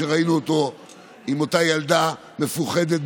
שראינו אותו עם אותה ילדה מפוחדת,